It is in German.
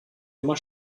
immer